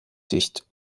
dicht